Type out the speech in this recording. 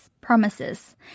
promises